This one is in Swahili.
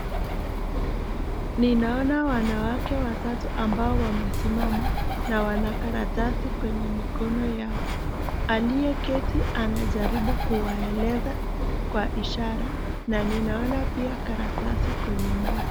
Ninaona wanawake watatu ambao wamesimama na wana karatasi kwenye mikono yao. Aliyeketi anajaribu kuwaeleza kwa ishara na ninaona pia karatasi kwenye meza.